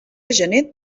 gener